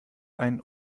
ein